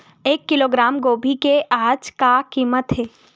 एक किलोग्राम गोभी के आज का कीमत हे?